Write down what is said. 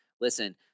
Listen